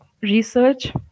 research